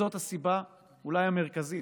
זו הסיבה, אולי המרכזית,